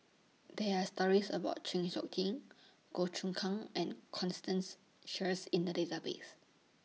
There Are stories about Chng Seok Tin Goh Choon Kang and Constance Sheares in The Database